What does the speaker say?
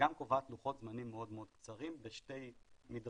וגם קובעת לוחות זמנים מאוד מאוד מאוד קצרים בשני מדרגים,